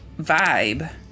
vibe